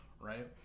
right